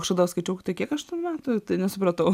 kažkada skaičiau kad tai kiek aš ten metų nesupratau